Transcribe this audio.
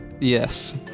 Yes